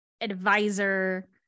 advisor